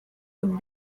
would